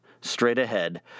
straight-ahead